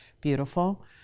beautiful